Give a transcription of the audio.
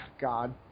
God